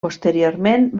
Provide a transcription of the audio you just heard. posteriorment